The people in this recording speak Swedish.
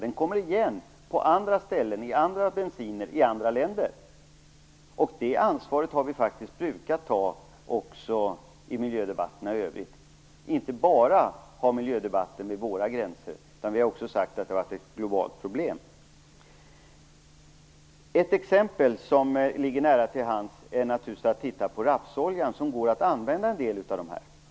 Den kommer igen på andra ställen i annan bensin i andra länder. Det ansvaret har vi haft för vana att ta i miljödebatterna. Miljödebatterna har inte bara gällt miljön innanför våra gränser, utan vi har också sagt att detta är ett globalt problem. Ett exempel som ligger nära till hands är att man tittar på rapsoljan som går att använda i en del av dessa sammanhang.